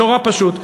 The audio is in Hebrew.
נורא פשוט.